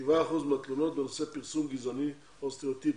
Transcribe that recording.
7 אחוזים מהתלונות בנושא פרסום גזעני או סטריאוטיפי,